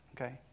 okay